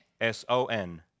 S-O-N